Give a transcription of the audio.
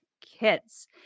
kids